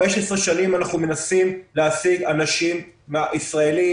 15 שנים אנחנו מנסים להשיג אנשים ישראלים